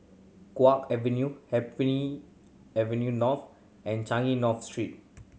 Guok Avenue Happy Avenue North and Changi North Street